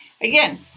Again